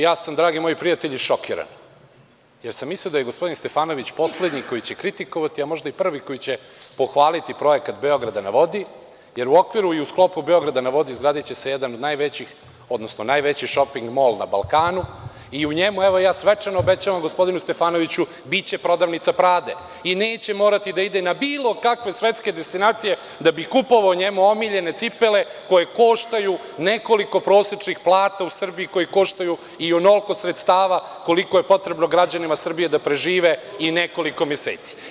Ja sam, dragi moji prijatelji šokiran, jer sam mislio da je gospodin Stefanović poslednji koji će kritikovati, a možda i prvi koji će pohvaliti projekat „Beograd na vodi“, jer u okviru i sklopa „Beograda na vodi“ izgradiće se jedan najveći šoping mol na Balkanu i u njemu, evo ja svečano obećavam gospodinu Stefanoviću, biće prodavnica „Prade“ i neće morati da ide na bilo kakve svetske destinacije, da bi kupovao njemu omiljene cipele koje koštaju nekoliko prosečnih plata u Srbiji, koje koštaju, i onoliko sredstava koliko je potrebno građanima Srbije da prežive i nekoliko meseci.